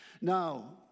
Now